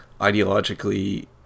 ideologically